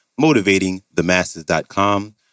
motivatingthemasses.com